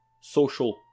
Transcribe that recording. social